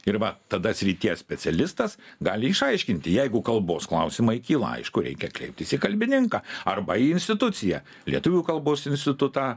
ir va tada srities specialistas gali išaiškinti jeigu kalbos klausimai kyla aišku reikia kreiptis į kalbininką arba į instituciją lietuvių kalbos institutą